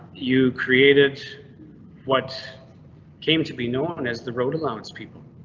you created what came to be known as the road allowance. people.